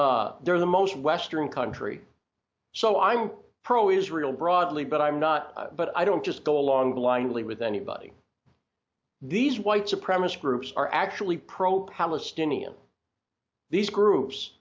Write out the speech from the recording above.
they're the most western country so i'm pro israel broadly but i'm not but i don't just go along blindly with anybody these white supremacy groups are actually pro palestinian these groups